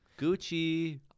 Gucci